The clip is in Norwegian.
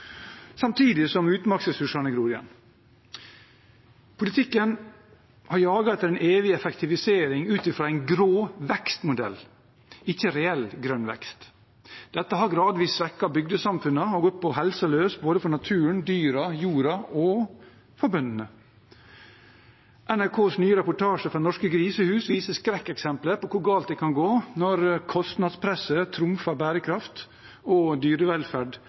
samtidig som utmarksressursene gror igjen. Politikken har jaget etter den evige effektivisering ut fra en grå vekstmodell, ikke reell grønn vekst. Dette har gradvis svekket bygdesamfunnene og gått på helsa løs for både naturen, dyrene, jorden og bøndene. NRKs nye reportasje fra norske grisehus viser skrekkeksempler på hvor galt det kan gå når kostnadspresset trumfer bærekraft og dyrevelferd